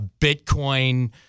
Bitcoin